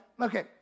Okay